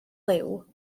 liw